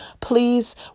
Please